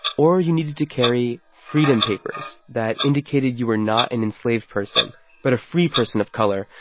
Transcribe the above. or you needed to carry freedom papers that indicated you were not an enslaved person but a free person of color,